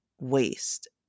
waste